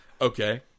Okay